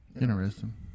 interesting